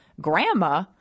Grandma